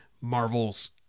Marvel's